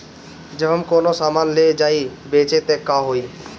जब हम कौनो सामान ले जाई बेचे त का होही?